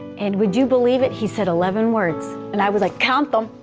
and would you believe it, he said eleven words. and i was, like, count them.